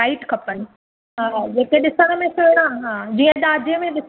हा हा तांखे जेके खपन कलर हा